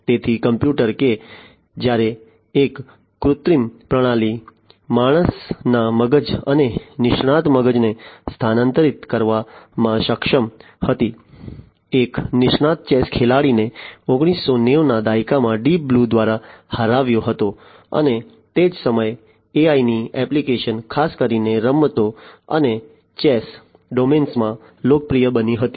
તેથી કોમ્પ્યુટર કે જ્યારે એક કૃત્રિમ પ્રણાલી માણસના મગજ અને નિષ્ણાત મગજને સ્થાનાંતરિત કરવામાં સક્ષમ હતી એક નિષ્ણાત ચેસ ખેલાડીને 1990 ના દાયકામાં ડીપ બ્લુ દ્વારા હરાવ્યો હતો અને તે જ સમયે AI ની એપ્લિકેશન ખાસ કરીને રમતો અને ચેસ ડોમેનમાં લોકપ્રિય બની હતી